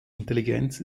intelligenz